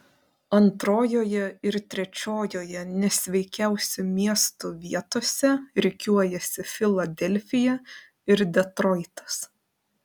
antrojoje ir trečiojoje nesveikiausių miestų vietose rikiuojasi filadelfija ir detroitas